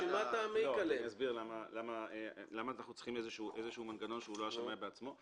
אני אסביר למה אנחנו צריכים איזשהו מנגנון שהוא לא השמאי בעצמו.